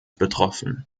betroffen